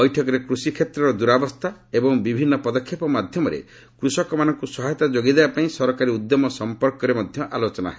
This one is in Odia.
ବୈଠକରେ କୃଷି କ୍ଷେତ୍ର ଦୂରାବସ୍ଥା ଏବଂ ବିଭିନ୍ନ ପଦକ୍ଷେପ ମାଧ୍ୟମରେ କୃଷକମାନଙ୍କୁ ସହାୟତା ଯୋଗାଇଦେବା ପାଇଁ ସରକାରୀ ଉଦ୍ୟମ ସଂପର୍କରେ ମଧ୍ୟ ଆଲୋଚନା ହେବ